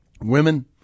Women